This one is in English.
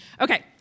Okay